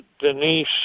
Denise